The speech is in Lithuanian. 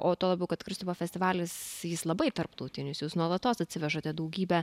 o tuo labiau kad kristupo festivalis labai tarptautinis jūs nuolatos atsivežate daugybę